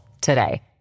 today